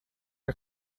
are